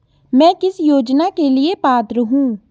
मैं किस योजना के लिए पात्र हूँ?